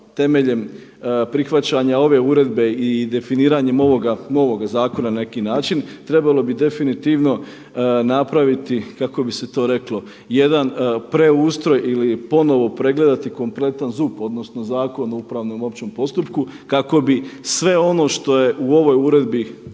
temeljem prihvaćanja ove uredbe i definiranjem ovoga novoga zakona na neki način, trebalo bi definitivno napraviti kako bi se to reklo jedan preustroj ili ponovo pregledati kompletan ZUP, odnosno Zakon o upravnom općem postupku kako bi sve ono što je u ovoj uredbi